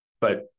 But-